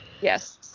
Yes